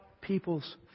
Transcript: people's